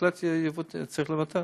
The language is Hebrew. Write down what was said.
בהחלט צריך לבטל.